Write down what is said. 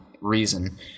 reason